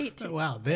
Wow